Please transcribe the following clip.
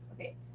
Okay